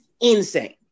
insane